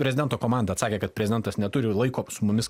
prezidento komanda atsakė kad prezidentas neturi laiko su mumis